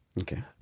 Okay